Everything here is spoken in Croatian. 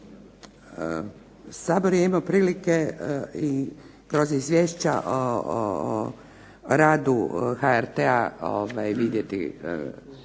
Sabor je imao prilike kroz izvješća o radu HRT-a vidjeti